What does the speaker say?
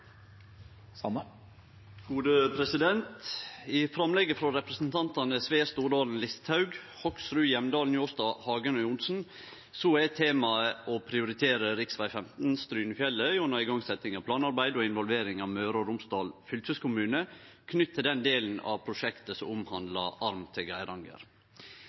temaet å prioritere rv. 15 Strynefjellet gjennom igangsetjing av planarbeid og involvering av Møre og Romsdal fylkeskommune, knytt til den delen av prosjektet som omhandlar arm til Geiranger.